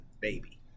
baby